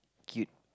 cute